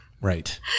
Right